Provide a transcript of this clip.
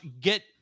Get